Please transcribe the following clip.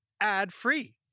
ad-free